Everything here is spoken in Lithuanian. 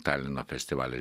talino festivalis